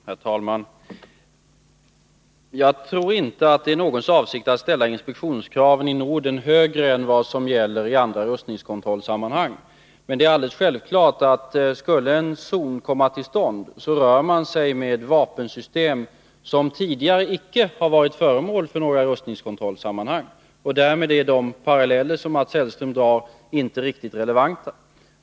Herr talman! Jag tror inte att det är någons avsikt att ställa inspektionskraven i Norden högre än vad som gäller i andra rustningskontrollsammanhang. Men det är alldeles självklart att skulle en zon komma till stånd, så rör man sig med vapensystem, som tidigare icke varit föremål för någon rustningskontroll. Därmed är de paralleller som Mats Hellström drar inte riktigt relevanta.